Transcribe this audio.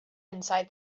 inside